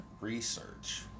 research